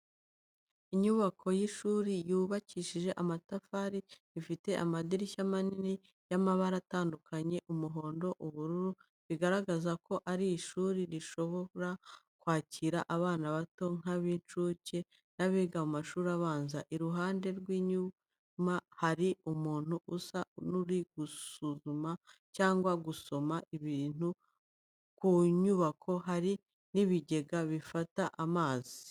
Inyubako y’ishuri yubakishije amatafari, ifite amadirishya manini y’amabara atandukanye umuhondo, ubururu, bigaragaza ko ari ishuri rishobora kwakira abana bato nk’ab'incuke n'abiga amashuri abanza, iruhande rw’inyuma hari umuntu usa n’uri gusuzuma cyangwa gusoma ibintu ku nyubako, hari n'ibigega bifata amazi.